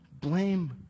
blame